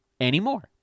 anymore